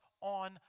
on